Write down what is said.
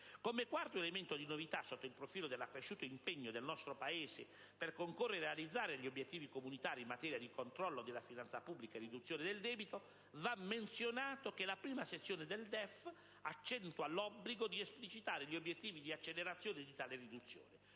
Come quarto elemento di novità sotto il profilo dell'accresciuto impegno del nostro Paese per concorrere a realizzare gli obiettivi comunitari in materia di controllo della finanza pubblica e riduzione del debito, va menzionato che la prima sezione del DEF accentua l'obbligo di esplicitare gli obiettivi di accelerazione di tale riduzione,